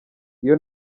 iyo